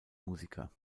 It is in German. musiker